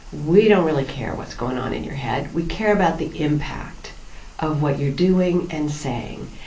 we don't really care what's going on in your head, we care about the impact of what you're doing and saying.